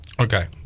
Okay